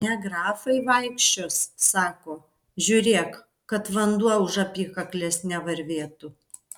ne grafai vaikščios sako žiūrėk kad vanduo už apykaklės nevarvėtų